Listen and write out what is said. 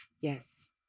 Yes